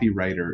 copywriter